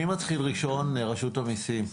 מי מתחיל ראשון ברשות המיסים?